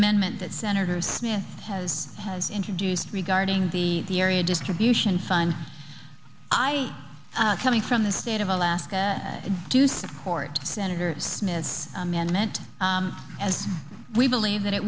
amendment that senator smith has has introduced regarding the the area distribution sine i coming from the state of alaska to support senator smith's amendment as we believe that it